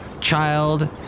child